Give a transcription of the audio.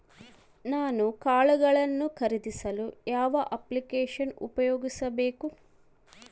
ನಾನು ಕಾಳುಗಳನ್ನು ಖರೇದಿಸಲು ಯಾವ ಅಪ್ಲಿಕೇಶನ್ ಉಪಯೋಗಿಸಬೇಕು?